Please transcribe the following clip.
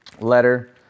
letter